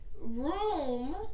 room